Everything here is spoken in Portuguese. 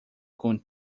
com